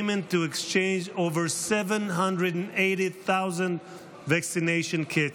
to exchange over 780,000 vaccination kits.